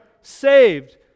saved